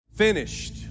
Finished